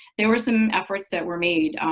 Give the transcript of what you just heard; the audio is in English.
there were some efforts that were made.